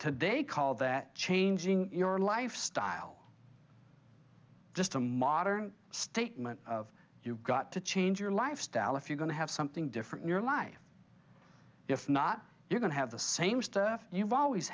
today call that changing your lifestyle just a modern statement of you've got to change your lifestyle if you're going to have something different in your life if not you're going to have the same stuff you've always